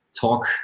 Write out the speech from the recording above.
talk